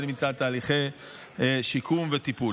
אם כי הוא מיצה תהליכי שיקום וטיפול.